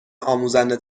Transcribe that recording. آموزنده